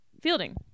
Fielding